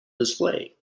display